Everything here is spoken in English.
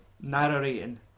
narrating